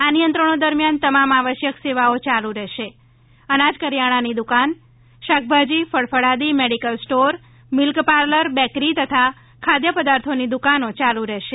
આ નિયંત્રણો દરમિયાન તમામ આવશ્યક સેવાઓ યાલુ રહેશે અનાજ કરિયાણાની દુકાન શાકભાજી ફળ ફળાદિ medical store milk parlour bakery તથા ખાદ્યપદાર્થોની દુકાનો યાલુ રહેશે